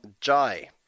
Jai